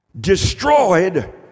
destroyed